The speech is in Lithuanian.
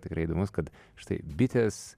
tikrai įdomus kad štai bitės